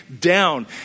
down